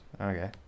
okay